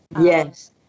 Yes